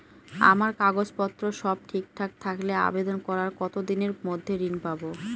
আমার কাগজ পত্র সব ঠিকঠাক থাকলে আবেদন করার কতদিনের মধ্যে ঋণ পাব?